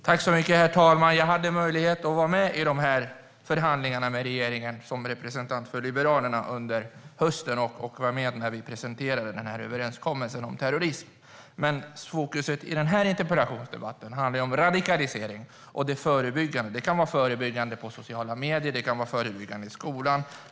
Herr talman! Jag hade under hösten möjlighet att som representant för Liberalerna vara med i förhandlingarna med regeringen. Och jag var med när vi presenterade överenskommelsen om terrorism. Men fokus i den här interpellationsdebatten handlar om radikalisering och det förebyggande. Det kan vara förebyggande på sociala medier. Det kan vara förebyggande i skolan.